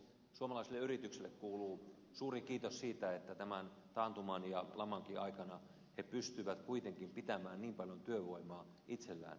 suomalaisille yrityksille kuuluu suurin kiitos siitä että tämän taantuman ja lamankin aikana he pystyvät kuitenkin pitämään niin paljon työvoimaa itsellään